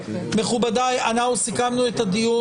מכובדיי, אנחנו סיכמנו את הדיון.